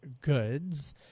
goods—